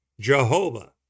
Jehovah